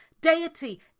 deity